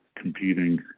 competing